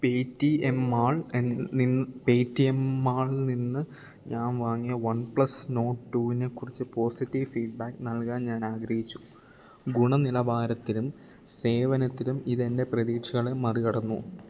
Paytm മാളിൽ നിന്ന് ഞാന് വാങ്ങിയ വൺപ്ലസ് നോഡ് ടുവിനെക്കുറിച്ച് പോസിറ്റീവ് ഫീഡ്ബാക്ക് നൽകാൻ ഞാനാഗ്രഹിച്ചു ഗുണനിലവാരത്തിലും സേവനത്തിലും ഇതെൻ്റെ പ്രതീക്ഷകളെ മറികടന്നു